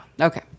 Okay